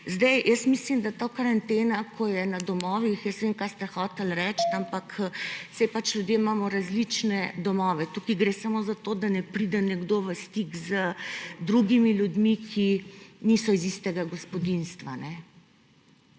ukrepov. Mislim, da ta karantena, ko je na domovih, jaz vem, kaj ste hoteli reči, ampak saj ljudje imamo različne domove. Tukaj gre samo za to, da ne pride nekdo v stik z drugimi ljudmi, ki niso iz istega gospodinjstva.